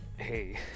Hey